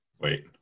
Wait